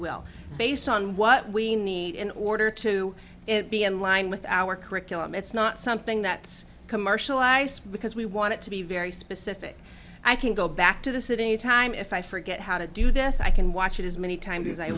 will based on what we need in order to be in line with our curriculum it's not something that's commercialized because we want to be very specific i can go back to the sitting time if i forget how to do this i can watch it as many times